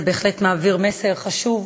זה בהחלט מעביר מסר חשוב